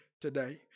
today